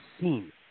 scene